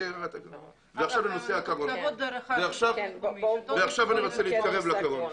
עכשיו אני רוצה לדבר על הקורונה.